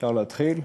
אפשר להתחיל?